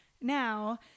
now